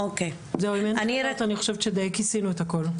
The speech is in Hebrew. אני חושבת שדי כיסינו את הכל.